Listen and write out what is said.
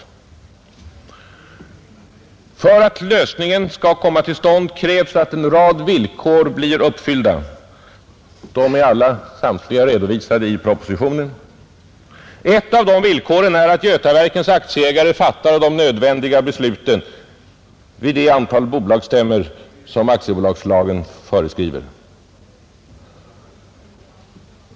För att lösningen skall komma till stånd krävs att en rad villkor uppfylls. De är alla redovisade i propositionen. Ett av dessa är att Götaverkens aktieägare fattar de nödvändiga besluten vid det antal bolagsstämmor som aktiebolagslagen föreskriver.